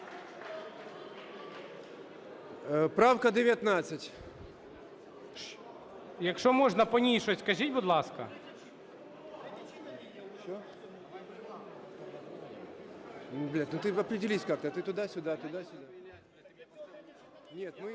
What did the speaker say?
Якщо можна, по ній щось скажіть, будь ласка.